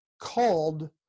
called